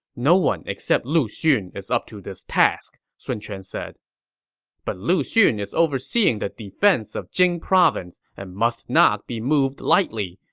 no one except lu xun is up to this task, sun quan said but lu xun is overseeing the defense of jing province and must not be moved lightly,